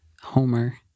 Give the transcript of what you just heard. Homer